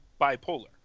bipolar